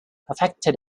affected